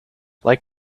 like